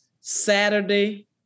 Saturday